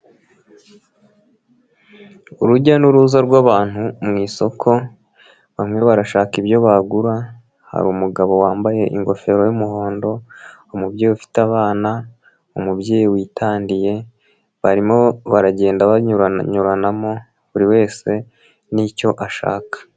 Urujya n'uruza rw'abantu mu isoko, bamwe barashaka ibyo bagura, hari umugabo wambaye ingofero y'umuhondo, umubyeyi ufite abana, umubyeyi witandiye, barimo baragenda banyuranamo buri wese n'icyo ashaka.